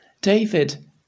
David